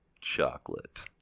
chocolate